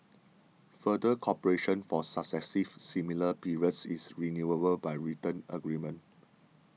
further cooperation for successive similar periods is renewable by written agreement